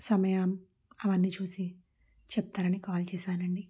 సమయం అవన్నీ చూసి చెప్తారని కాల్ చేశాను అండి